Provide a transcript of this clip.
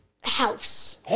house